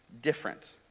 different